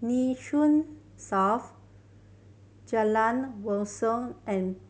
Nee Soon South Jalan Wat Siam and